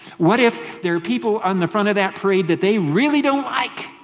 what if there are people on the front of that parade that they really don't like?